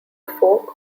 fork